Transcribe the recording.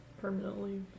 permanently